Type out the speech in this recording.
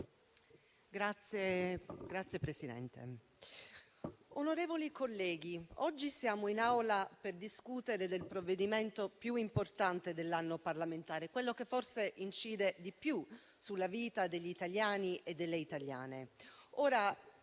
Signora Presidente, onorevoli colleghi, oggi siamo in Aula per discutere del provvedimento più importante dell'anno parlamentare, quello che forse incide di più sulla vita degli italiani e delle italiane.